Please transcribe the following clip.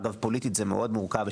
אגב פוליטית זה מאוד מורכב.